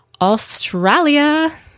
Australia